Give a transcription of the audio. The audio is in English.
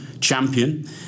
champion